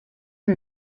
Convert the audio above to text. and